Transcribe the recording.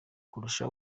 kurusha